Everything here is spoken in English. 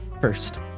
first